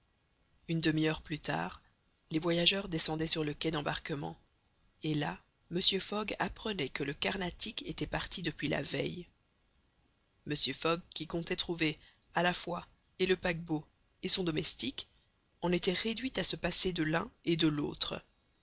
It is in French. une demi-heure plus tard les voyageurs descendaient sur le quai d'embarquement et là mr fogg apprenait que le carnatic était parti depuis la veille mr fogg qui comptait trouver à la fois et le paquebot et son domestique en était réduit à se passer de l'un et de l'autre